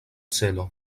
celo